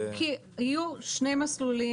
יהיו שני מסלולים.